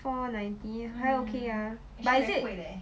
four ninety 还 okay ah but is it